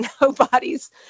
nobody's